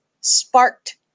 sparked